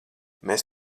mēs